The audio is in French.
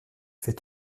fait